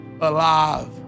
alive